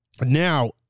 Now